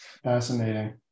Fascinating